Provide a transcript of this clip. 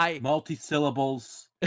Multi-syllables